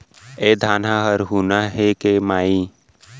ए धान ह हरूना हे के माई?